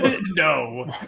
No